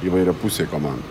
įvairiapusiai koman